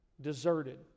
deserted